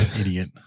idiot